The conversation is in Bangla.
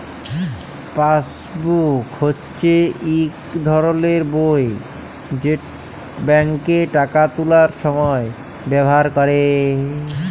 পাসবুক হচ্যে ইক ধরলের বই যেট ব্যাংকে টাকা তুলার সময় ব্যাভার ক্যরে